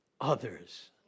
others